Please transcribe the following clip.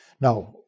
Now